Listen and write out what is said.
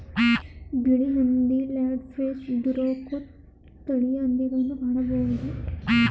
ಬಿಳಿ ಹಂದಿ, landrace, Duroc ತಳಿಯ ಹಂದಿಗಳನ್ನು ಕಾಣಬೋದು